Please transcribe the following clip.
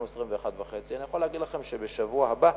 21,500. אני יכול להגיד לכם שבשבוע הבא,